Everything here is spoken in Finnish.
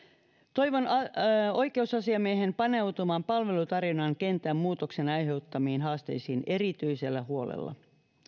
toivon oikeusasiamiehen paneutuvan palvelutarjonnan kentän muutoksen aiheuttamiin haasteisiin erityisellä huolella